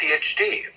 PhD